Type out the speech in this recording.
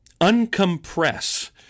uncompress